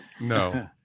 no